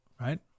Right